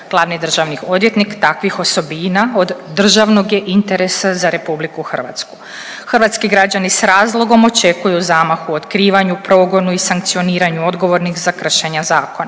Hrvatski građani s razlogom očekuju zamah u otkrivanju, progonu i sankcioniranju odgovornih za kršenja zakona.